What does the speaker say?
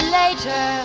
later